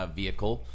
vehicle